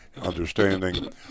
understanding